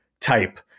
type